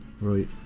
Right